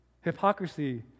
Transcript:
hypocrisy